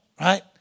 right